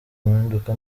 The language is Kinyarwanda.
mpinduka